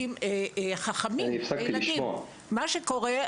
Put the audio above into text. מה שקורה,